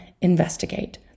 investigate